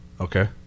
Okay